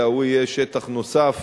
אלא הוא יהיה שטח נוסף